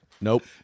Nope